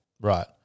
Right